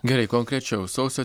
gerai konkrečiau sausio